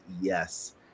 yes